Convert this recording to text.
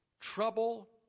trouble